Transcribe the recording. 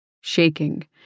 Shaking